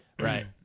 Right